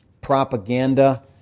propaganda